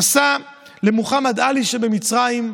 נסע למוחמד עלי שבמצרים,